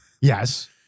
Yes